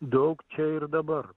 daug čia ir dabar